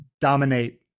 dominate